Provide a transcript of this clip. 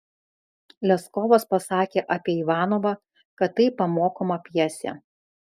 leskovas pasakė apie ivanovą kad tai pamokoma pjesė